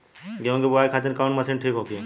गेहूँ के बुआई खातिन कवन मशीन ठीक होखि?